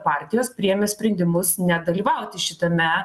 partijos priėmė sprendimus nedalyvauti šitame